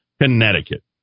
Connecticut